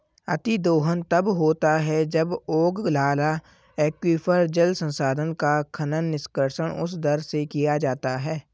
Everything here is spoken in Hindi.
अतिदोहन तब होता है जब ओगलाला एक्वीफर, जल संसाधन का खनन, निष्कर्षण उस दर से किया जाता है